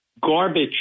garbage